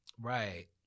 right